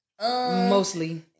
Mostly